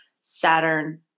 Saturn